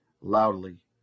loudly